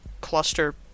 cluster